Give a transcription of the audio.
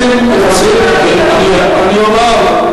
אני אומר.